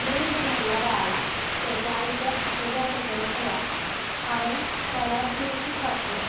नवीन जन्मलेल्या बाळाला त्याच्या आईच्या शरीराच्या जवळ ठेवा कारण त्याला सुरक्षित वाटते